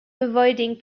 avoiding